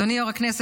אדוני יו"ר הישיבה,